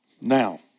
Now